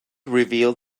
revealed